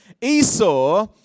Esau